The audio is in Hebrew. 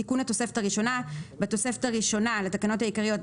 מקריאה: תיקון התוספת הראשונה 11. בתוספת הראשונה לתקנות העיקריות,